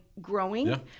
growing